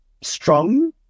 strong